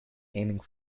aiming